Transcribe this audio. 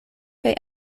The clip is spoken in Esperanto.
kaj